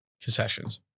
concessions